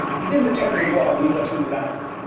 within the temple hall we were too lowd,